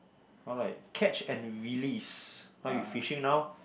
or like catch and release how you fishing now